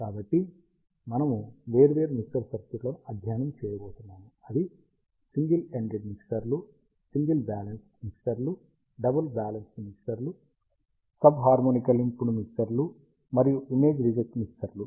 కాబట్టి మనము వేర్వేరు మిక్సర్ సర్క్యూట్లను అధ్యయనం చేయబోతున్నాము అవి సింగిల్ ఎండెడ్ మిక్సర్లు సింగిల్ బ్యాలెన్స్డ్ మిక్సర్లు డబుల్ బ్యాలెన్స్డ్ మిక్సర్లు సబ్ హార్మోనికల్లీ పుమ్పుడ్ మిక్సర్లు మరియు ఇమేజ్ రిజెక్ట్ మిక్సర్లు